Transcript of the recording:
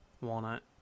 walnut